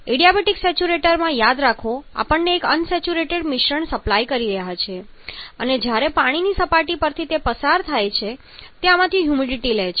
adiabatic સેચ્યુરેટરમાં યાદ રાખો આપણે એક અનસેચ્યુરેટ મિશ્રણ સપ્લાય કરીએ છીએ અને જ્યારે પાણીની સપાટી પરથી પસાર થાય છે ત્યારે તે આમાંથી હ્યુમિડિટી લે છે